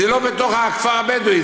זה לא בתוך הכפר הבדואי,